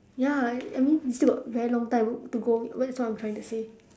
ya I mean we still got very long time to go that's what I'm trying to say